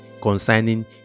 concerning